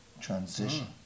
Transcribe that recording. transition